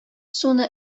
суны